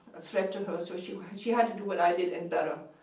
a threat to her, so she she had to do what i did and better.